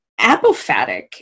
apophatic